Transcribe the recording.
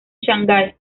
shanghai